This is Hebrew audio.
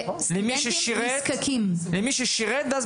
למי ששירת?